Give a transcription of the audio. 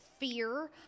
fear